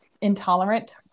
intolerant